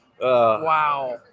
Wow